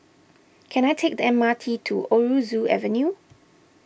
can I take the M R T to Aroozoo Avenue